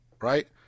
Right